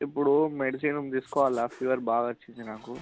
ఇప్పుడు మెడిసిన్ తీసుకోవాలా ఫీవర్ బాగా వచ్చింది నాకు